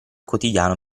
quotidiano